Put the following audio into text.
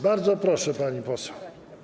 Bardzo proszę, pani poseł.